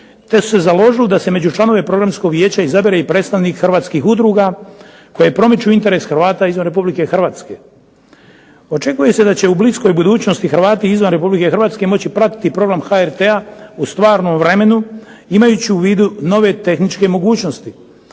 te su se založili da se među članove Programskog vijeća izabere i predstavnik Hrvatskih udruga koji promiču interes Hrvata izvan Republike Hrvatske. Očekuje se da će u bliskoj budućnosti Hrvati izvan Republike Hrvatske moći pratiti program HRT-a u stvarnom vremenu imajući u vidu nove tehničke mogućnosti.